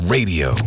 Radio